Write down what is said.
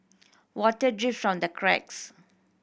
water drips from the cracks